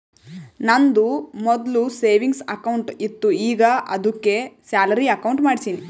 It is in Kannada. ನಂದು ಮೊದ್ಲು ಸೆವಿಂಗ್ಸ್ ಅಕೌಂಟ್ ಇತ್ತು ಈಗ ಆದ್ದುಕೆ ಸ್ಯಾಲರಿ ಅಕೌಂಟ್ ಮಾಡ್ಸಿನಿ